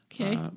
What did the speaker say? Okay